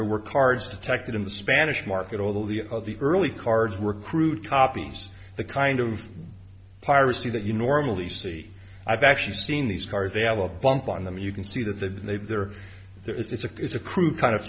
there were cards detected in the spanish market although the of the early cards were crude copies the kind of piracy that you normally see i've actually seen these cars they have a bump on them you can see that they've been they've they're there it's a it's a crude kind of